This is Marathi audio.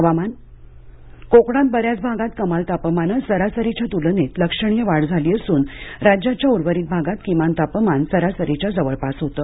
हवामान् कोकणात बऱ्याच भागात कमाल तापमानात सरासरीच्या तुलनेत लक्षणीय वाढ झाली असून राज्याच्या उर्वरित भागात किमान तापमान सरासरीच्या जवळपास होतं